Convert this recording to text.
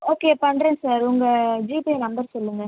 okay பண்ணுறேன் sir உங்க GPay number சொல்லுங்கள்